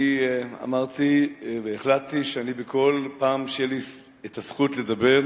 אני אמרתי והחלטתי שבכל פעם שתהיה לי הזכות לדבר,